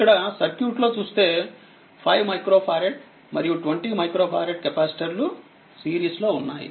ఇక్కడ సర్క్యూట్ లో చూస్తే 5 మైక్రో ఫారెడ్ మరియు20 మైక్రో ఫారెడ్ కెపాసిటర్లు సిరీస్ లో ఉన్నాయి